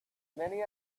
many